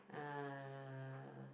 uh